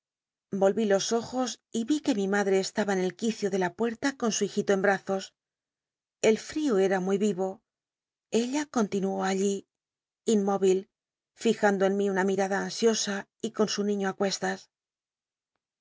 volví los ojos y ri que mi madre estaba en el quicio de in puerta con su hijito en bmzos el frío era nruy vi yo ella continuó allí inmóvil fljando en mi una mirada ansiosa y con su niño á cuestas